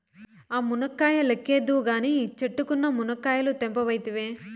ఆ మునక్కాయ లెక్కేద్దువు కానీ, చెట్టుకున్న మునకాయలు తెంపవైతివే